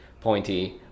pointy